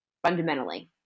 fundamentally